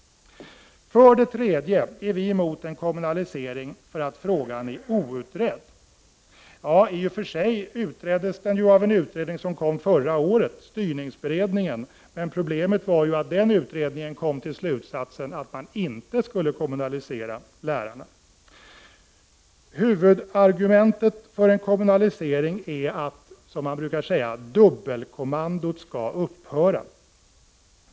För det tredje är vi emot en kommunalisering för att frågan är outredd. I och för sig utreddes den förra året av styrningsberedningen. Problemet var att den kom till slutsatsen att man inte skulle kommunalisera lärarna. Huvudargumentet för en kommunalisering är att, som man brukar säga, dubbelkommandot skall upphöra.